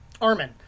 armin